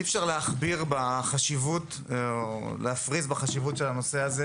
אי-אפשר להפריז בחשיבות של הנושא הזה.